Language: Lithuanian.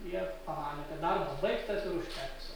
jie pamanė kad darbas baigtas ir užteks